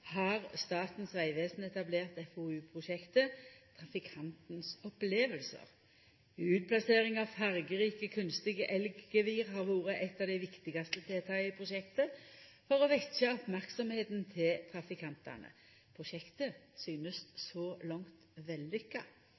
har Statens vegvesen etablert FoU-prosjektet «Trafikantens opplevelser». Utplassering av fargerike kunstige elggevir har vore eit av dei viktigaste tiltaka i prosjektet for å vekkja merksemda til trafikantane. Prosjektet synest så langt